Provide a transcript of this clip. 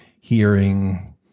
hearing